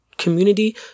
community